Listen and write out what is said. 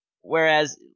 whereas